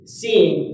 seeing